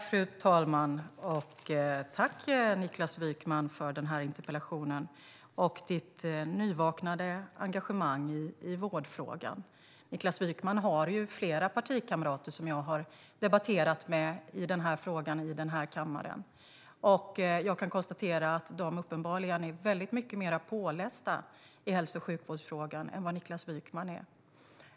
Fru talman! Tack, Niklas Wykman, för denna interpellation och ditt nyvaknade engagemang i vårdfrågan! Niklas Wykman har flera partikamrater som jag har debatterat med i den här frågan i den här kammaren. Jag kan konstatera att de uppenbarligen är mycket mer pålästa i hälso och sjukvårdsfrågor än Niklas Wykman är.